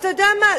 אתה יודע מה?